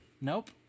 Nope